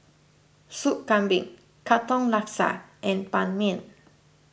Sup Kambing Katong Laksa and Ban Mian